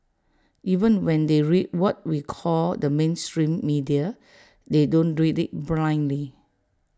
even when they read what we call the mainstream media they don't read IT blindly